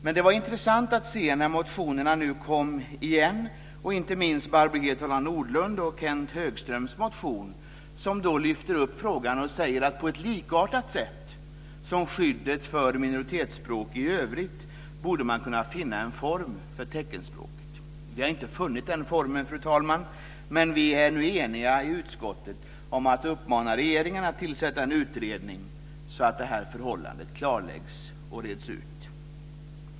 Det blev dock intressant när motionerna nu kom igen - inte minst Barbro Hietala Nordlunds och Kenth Högströms motion, som lyfter upp frågan och säger att på ett likartat sätt som skyddet för minoritetsspråk i övrigt borde man kunna finna en form för teckenspråket. Vi har inte funnit den formen, fru talman, men vi är nu eniga i utskottet om att uppmana regeringen att tillsätta en utredning så att det här förhållandet klarläggs och reds ut.